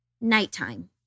Nighttime